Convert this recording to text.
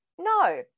No